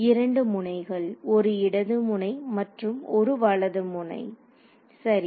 இரண்டு முனைகள் ஒரு இடது முனை மற்றும் ஒரு வலது முனை சரி